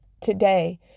today